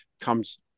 comes